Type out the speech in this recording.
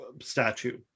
statue